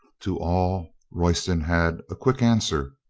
to all royston had a quick answer,